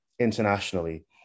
internationally